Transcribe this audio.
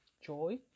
joy